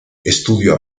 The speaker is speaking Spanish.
estudio